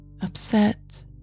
upset